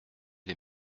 les